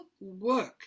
work